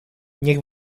niech